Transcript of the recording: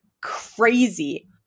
crazy